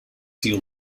seal